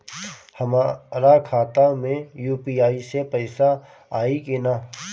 हमारा खाता मे यू.पी.आई से पईसा आई कि ना?